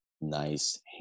nice